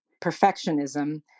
perfectionism